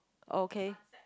okay